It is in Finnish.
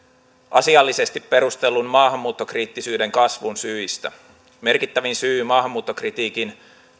asiallisesti perustellun maahanmuuttokriittisyyden kasvun syistä merkittävin syy maahanmuuttokritiikin